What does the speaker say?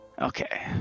Okay